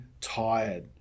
tired